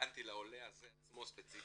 רלבנטי לעולה הזה ספציפית,